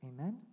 Amen